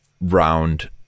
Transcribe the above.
round